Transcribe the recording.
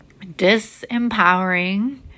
disempowering